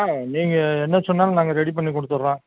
ஆ நீங்கள் என்ன சொன்னாலும் நாங்கள் ரெடி பண்ணி கொடுத்துட்றோம்